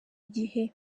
igihe